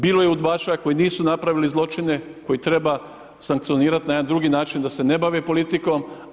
Bilo je Udbaša koji nisu napravili zločine koji treba sankcionirati na jedan drugi način da se ne bave politikom.